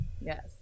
Yes